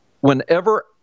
whenever